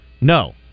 no